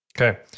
Okay